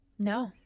No